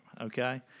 okay